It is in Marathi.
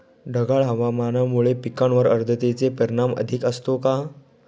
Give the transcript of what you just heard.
ढगाळ हवामानामुळे पिकांवर आर्द्रतेचे परिणाम अधिक असतो का?